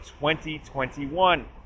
2021